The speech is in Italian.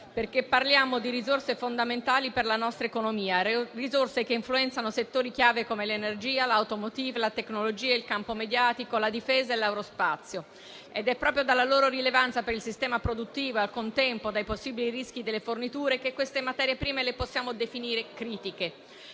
perché parliamo di risorse fondamentali per la nostra economia, che influenzano settori chiave come l'energia, l'*automotive*, la tecnologia, il campo mediatico, la difesa e l'aerospazio. È proprio dalla loro rilevanza per il sistema produttivo e, al contempo, dai possibili rischi delle forniture che queste materie prime le possiamo definire critiche.